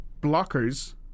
Blockers